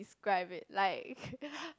describe it like